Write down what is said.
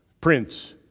Prince